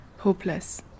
hopeless